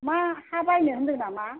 मा हा बायनो होन्दों नामा